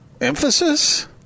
emphasis